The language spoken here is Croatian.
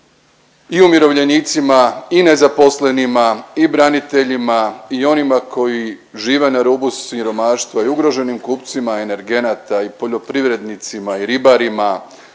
i umirovljenicima i nezaposlenima i braniteljima i onima koji žive na rubu siromaštva i ugroženim kupcima energenata i poljoprivrednicima i ribarima